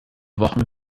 wochen